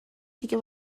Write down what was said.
دیگه